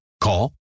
Call